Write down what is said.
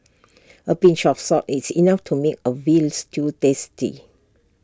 A pinch of salt is enough to make A Veal Stew tasty